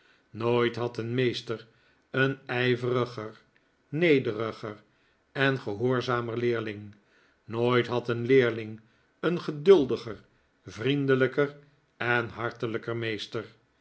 nooit had een meester g en ijveriger nederiger en gehoorzamer leerling nooit had een leerling een geduldiger vriendelijker en hartelijker meester